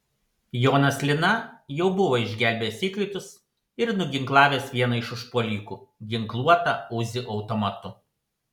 jonas lina jau buvo išgelbėjęs įkaitus ir nuginklavęs vieną iš užpuolikų ginkluotą uzi automatu